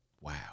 Wow